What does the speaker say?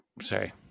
Sorry